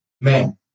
man